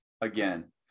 again